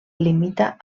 limita